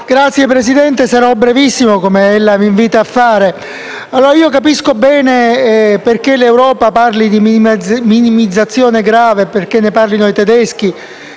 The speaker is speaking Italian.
Signor Presidente, sarò conciso come ella mi invita a fare. Capisco bene perché l'Europa parli di minimizzazione grave, perché ne parlino i tedeschi,